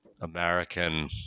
American